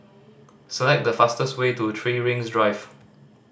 select the fastest way to Three Rings Drive